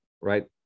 Right